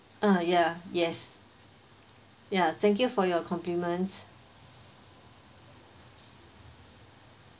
ah yeah yes yeah thank you for your compliments